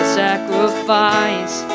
sacrifice